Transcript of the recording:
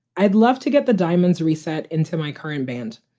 i'd love to get the diamonds reset into my current band.